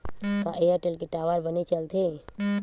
का एयरटेल के टावर बने चलथे?